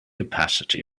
opacity